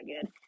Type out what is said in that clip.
good